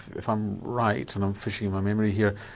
if i'm right, and i'm fishing in my memory here,